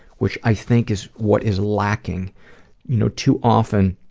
which i think is what is lacking you know too often.